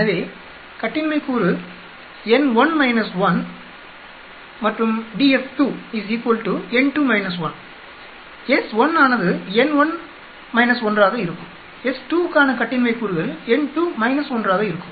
எனவே கட்டின்மை கூறு n1 1 மற்றும் df2 n2 1 s1 ஆனது n1 1 ஆக இருக்கும் s2 க்கான கட்டின்மை கூறுகள் n2 1 ஆக இருக்கும்